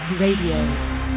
Radio